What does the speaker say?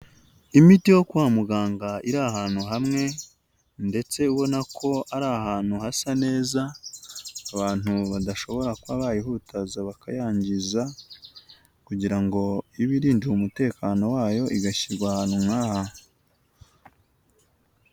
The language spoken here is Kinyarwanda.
Imiti yo kwa muganga iri ahantu hamwe ndetse ubona ko ari ahantu hasa neza; abantu badashobora kuba bayihutaza bakayangiza kugira ngo ibe irindiwe umutekano wayo igashyirwa ahantu nk'aha.